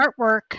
artwork